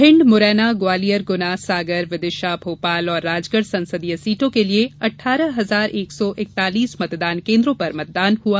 भिण्ड मुरैना ग्वालियर गुना सागर विदिशा भोपाल और राजगढ़ संसदीय सीटों के लिए अठारह हजार एक सौ इकतालीस मतदान केन्द्रों पर मतदान हुआ